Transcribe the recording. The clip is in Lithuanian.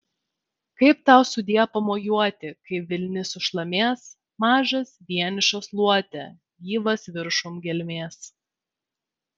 kaip tau sudie pamojuoti kai vilnis sušlamės mažas vienišas luote gyvas viršum gelmės